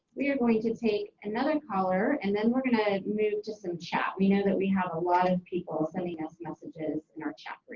we're going to take another caller and then we're gonna move to some chat, we know that we have a lot of people sending us messages in our chat group.